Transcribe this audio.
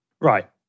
Right